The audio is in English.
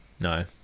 No